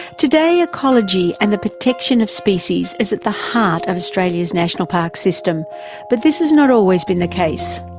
today ecology and the protection of species is at the heart of australia's national parks system but this has not always been the case.